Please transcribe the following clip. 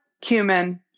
cumin